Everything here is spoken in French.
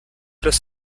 los